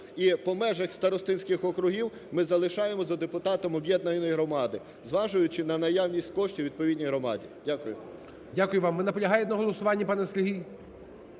і по межах старостинських округів ми залишаємо за депутатами об'єднаної громади, зважаючи на наявність коштів у відповідній громаді. Дякую. ГОЛОВУЮЧИЙ. Дякую. Ви наполягаєте на голосуванні, пане Сергій?